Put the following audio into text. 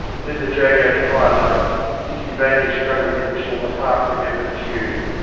and in the jago twilight dicky vainly struggled to whistle the half-remembered tune,